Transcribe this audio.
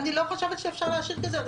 אני לא חושבת שאפשר להשאיר כפי שהוא,